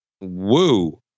Woo